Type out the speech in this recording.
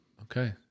Okay